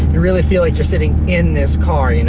you really feel like you're sitting in this car, you know.